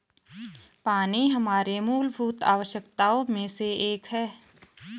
पानी हमारे मूलभूत आवश्यकताओं में से एक है